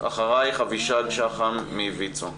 אחרייך אבישג שחם מוויצ"ו.